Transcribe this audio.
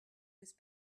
with